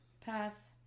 Pass